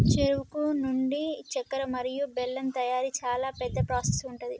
చెరుకు నుండి చెక్కర మరియు బెల్లం తయారీ చాలా పెద్ద ప్రాసెస్ ఉంటది